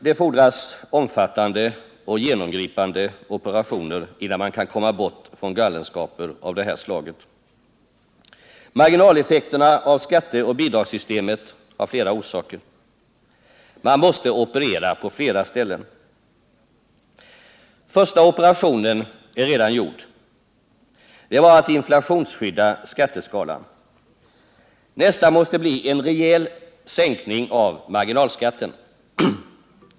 Det fordras omfattande och genomgripande operationer innan man kan komma bort från galenskaper av det här slaget. Marginalef fekterna av skatteoch bidragssystemet har flera orsaker. Man måste operera på flera ställen. Första operationen är redan gjord. Det var att inflationsskydda skatteskalan. Nästa måste bli en rejäl sänkning av marginalskatten.